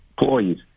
employees